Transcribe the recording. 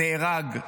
נהרג.